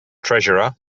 treasurer